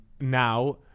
now